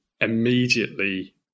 immediately